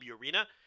arena